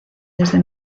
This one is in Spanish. desde